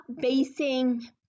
basing